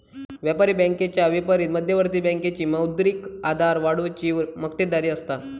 व्यापारी बँकेच्या विपरीत मध्यवर्ती बँकेची मौद्रिक आधार वाढवुची मक्तेदारी असता